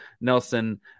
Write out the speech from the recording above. Nelson